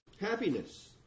happiness